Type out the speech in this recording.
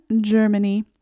Germany